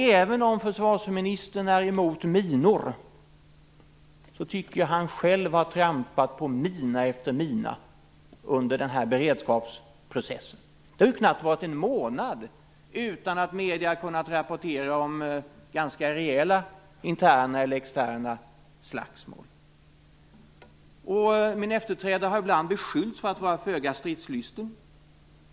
Även om försvarsministern är emot minor, tycker jag att han själv har trampat på mina efter mina under den här beredskapsprocessen. Det har knappt varit en månad utan att medierna har kunnat rapportera om ganska rejäla interna eller externa slagsmål. Min efterträdare har ibland beskyllts för att vara föga stridslysten.